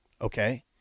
Okay